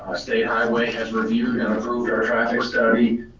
state highway has reviewed kind of reviewed our traffic study,